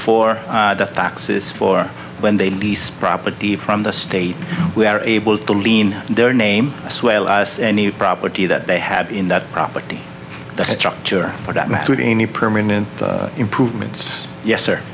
for the taxes for when they nice property from the state we are able to lean their name us any property that they have in that property the structure for that matter any permanent improvements yes